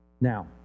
Now